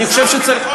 אני חושב שצריך,